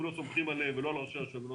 שלא סומכים עליהם ולא על ראשי הרשויות,